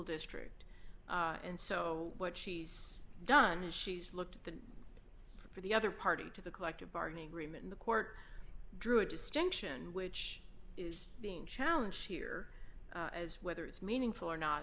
district and so what she's done is she's looked at the for the other party to the collective bargaining agreement in the court drew a distinction which is being challenged here as whether it's meaningful or not